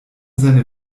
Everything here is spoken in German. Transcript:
seine